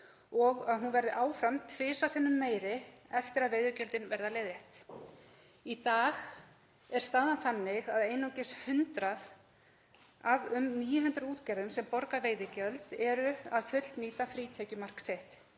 og hún verður áfram tvisvar sinnum meiri eftir að veiðigjöldin verða leiðrétt. Í dag er staðan þannig að einungis 100 af um 900 útgerðum sem borga veiðigjöld eru að fullnýta frítekjumark sitt.